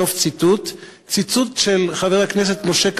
ציטוט של חבר הכנסת משה כחלון: